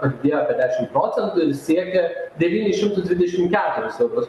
padidėjo apie dešimt procentų siekia devynis šimtus dvidešimt keturis eurus